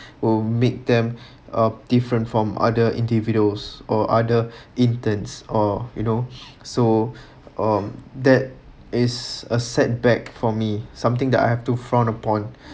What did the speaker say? will make them uh different from other individuals or other interns or you know so um that is a setback for me something that I have to frown upon